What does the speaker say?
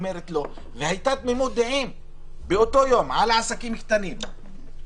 הייתה תמימות דעים באותו יום על עסקים קטנים,